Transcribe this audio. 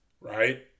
right